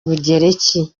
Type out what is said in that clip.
bugereki